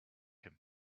him